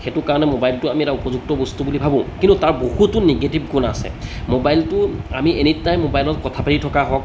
সেইটো কাৰণে মোবাইলটো আমি এটা উপযুক্ত বস্তু বুলি ভাবোঁ কিন্তু তাৰ বহুতো নিগেটিভ গুণ আছে মোবাইলটো আমি এনি টাইম মোবাইলত কথা পাতি থকা হওক